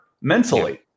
mentally